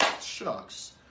Shucks